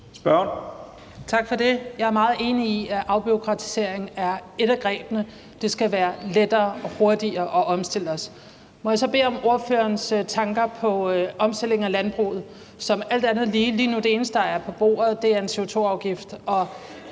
(ALT): Tak for det. Jeg er meget enig i, at afbureaukratisering er et af grebene. Det skal være lettere og hurtigere at omstille os. Må jeg så bede om ordførerens tanker om omstilling af landbruget. Alt andet lige er det eneste, der lige nu er på bordet, en CO2-afgift.